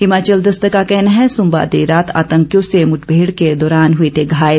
हिमाचल दस्तक का कहना है सोमवार देर रात आतंकियों से मुठभेड़ के दौरान हुए थे घायल